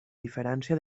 diferència